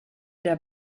der